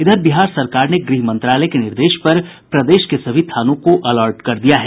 इधर बिहार सरकार ने गृह मंत्रालय के निर्देश पर प्रदेश के सभी थानों को अलर्ट कर दिया है